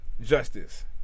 justice